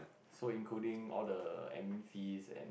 so including all the admin fees and